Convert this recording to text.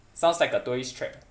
sounds like a tourist trap